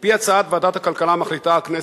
על-פי הצעת ועדת הכלכלה מחליטה הכנסת,